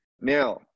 Now